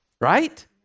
Right